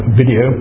video